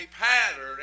pattern